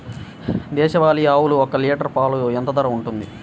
దేశవాలి ఆవులు ఒక్క లీటర్ పాలు ఎంత ధర ఉంటుంది?